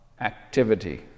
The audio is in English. activity